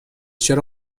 چرا